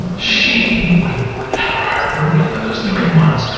she would would have her heart broken for those three months.